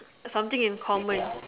something in common